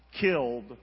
killed